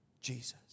Jesus